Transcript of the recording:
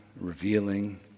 revealing